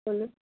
चलू